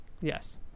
Yes